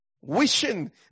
Wishing